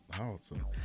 Awesome